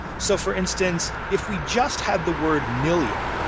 so for instance, if we just had the word! million,